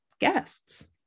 guests